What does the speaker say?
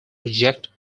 reject